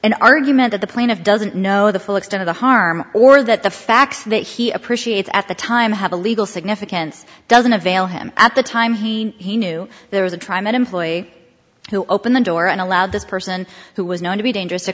an argument that the plane of doesn't know the full extent of the harm or that the facts that he appreciates at the time have a legal significance doesn't avail him at the time he knew there was a tri met employee who opened the door and allowed this person who was known to be dangerous to